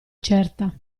certa